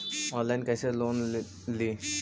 Online कैसे loan ली?